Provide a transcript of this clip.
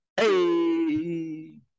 hey